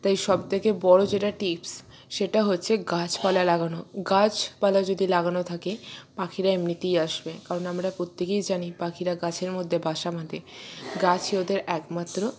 তাই সব থেকে বড়ো যেটা টিপস সেটা হচ্ছে গাছপালা লাগানো গাছপালা যদি লাগানো থাকে পাখিরা এমনিতেই আসবে কারণ আমরা প্রত্যেকেই জানি পাখিরা গাছের মধ্যে বাসা বাঁধে গাছই ওদের একমাত্র